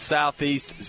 Southeast